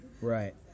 Right